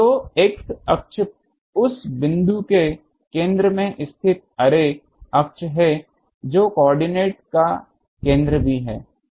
तो x अक्ष उस बिंदु के केंद्र में स्थित अर्रे अक्ष है जो कोआर्डिनेट का केंद्र भी है